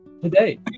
today